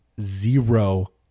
zero